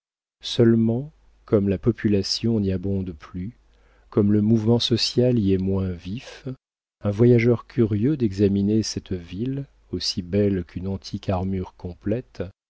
seulement comme la population n'y abonde plus comme le mouvement social y est moins vif un voyageur curieux d'examiner cette ville aussi belle qu'une antique armure complète